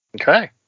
Okay